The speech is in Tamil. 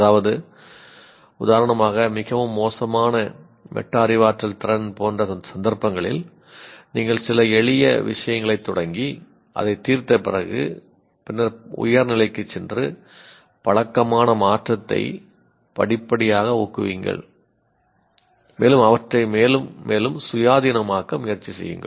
அதாவது உதாரணமாக மிகவும் மோசமான மெட்டா அறிவாற்றல் திறன் போன்ற சந்தர்ப்பங்களில் நீங்கள் சில எளிய விஷயங்களைத் தொடங்கி அதைத் தீர்த்த பிறகு பின்னர் உயர் நிலைக்குச் சென்று பழக்கமான மாற்றத்தை படிப்படியாக ஊக்குவியுங்கள் மேலும் அவற்றை மேலும் மேலும் சுயாதீனமாக்க முயற்சி செய்யுங்கள்